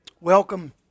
Welcome